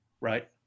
right